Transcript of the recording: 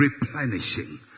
replenishing